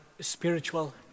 spiritual